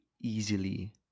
easily